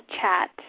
chat